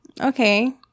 okay